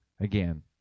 again